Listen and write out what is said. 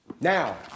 Now